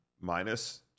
minus